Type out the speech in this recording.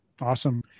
Awesome